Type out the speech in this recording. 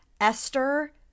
Esther